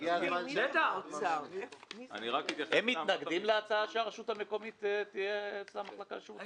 משרד האוצר מתנגד להצעה שברשות המקומית תהיה מחלקה לשירותי דת?